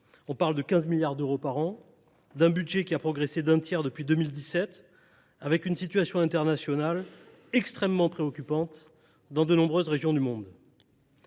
on parle de 15 milliards d’euros par an, d’un budget qui a progressé d’un tiers depuis 2017 et d’une situation internationale extrêmement préoccupante dans de nombreuses régions du monde.